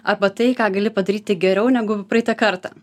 arba tai ką gali padaryti geriau negu praeitą kartą